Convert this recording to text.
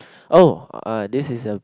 oh ah this is a